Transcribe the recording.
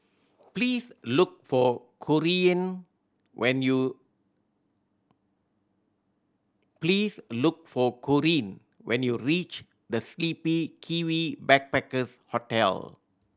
please look for Corean when you please look for Corean when you reach The Sleepy Kiwi Backpackers Hostel